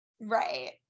Right